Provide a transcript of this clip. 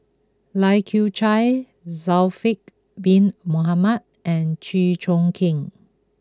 Lai Kew Chai Zulkifli Bin Mohamed and Chew Choo Keng